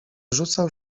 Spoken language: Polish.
rzucał